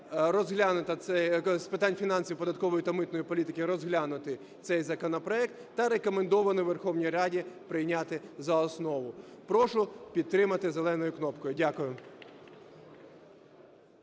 з питань фінансів, податкової та митної політики розглянуто цей законопроект та рекомендовано Верховній Раді прийняти за основу. Прошу підтримати зеленою кнопкою. Дякую.